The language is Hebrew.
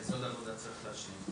איזו עוד עבודה צריך להשלים?